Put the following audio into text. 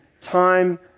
time